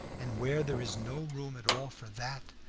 and where there is no room at all for that,